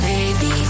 Baby